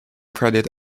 credit